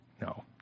No